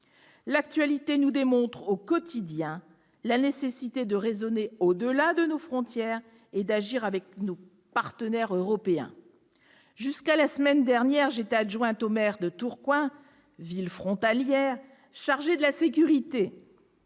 L'actualité nous démontre au quotidien la nécessité de raisonner au-delà de nos frontières et d'agir avec nos partenaires européens. Jusqu'à la semaine dernière, j'étais adjointe au maire de Tourcoing, ville frontalière, chargée de la sécurité.